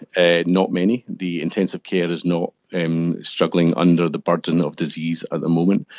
ah not many. the intensive care is not and struggling under the burden of disease at the moment,